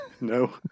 no